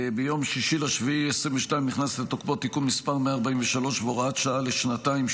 ביום 6 ביולי 2022 נכנסו לתוקפם תיקון מס' 143 והוראת שעה לשנתיים,